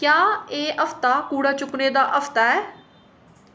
क्या एह् हफ्ता कूड़ा चुक्कने दा हफ्ता ऐ